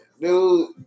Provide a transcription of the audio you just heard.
Dude